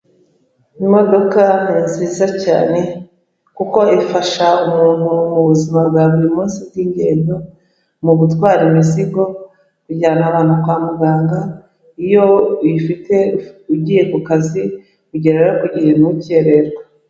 Imodoka ni nziza cyane kuko ifasha umuntu mu buzima bwa buri munsi bw'ingendo, mu gutwara imizigo, kujyana abantu kwa muganga, iyo uyifite ugiye ku kazi ugerayo ku gihe ntukererwe.